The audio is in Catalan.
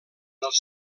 els